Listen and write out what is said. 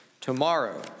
Tomorrow